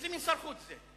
איזה מין שר חוץ זה?